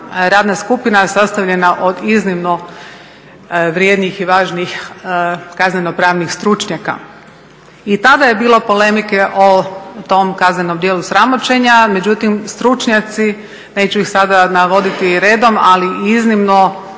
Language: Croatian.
Radna skupina sastavljena od iznimno vrijednih i važnih kazneno-pravnih stručnjaka. I tada je bilo polemike o tom kaznenom djelu sramoćenja, međutim stručnjaci neću ih sada navoditi redom. Ali iznimno poznati,